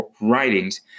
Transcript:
writings